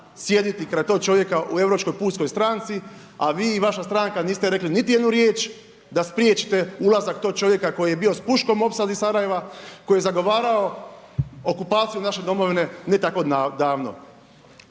sjediti kraj tog čovjeka u Europskoj pučkoj stranci a vi i vaša stranka niste rekli niti jednu riječ da spriječite ulazak tog čovjeka koji je bio s puškom u opsadi Sarajeva, koji je zagovarao okupaciju naše domovine ne tako davno.